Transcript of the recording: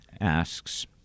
asks